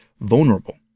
vulnerable